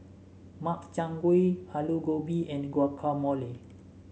Makchang Gui Alu Gobi and Guacamole